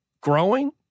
growing